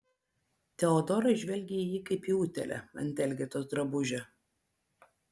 teodora žvelgė į jį kaip į utėlę ant elgetos drabužio